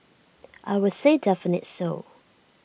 I would say definitely so